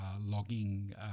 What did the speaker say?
logging